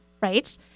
Right